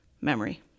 memory